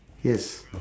yes